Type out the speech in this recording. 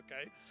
okay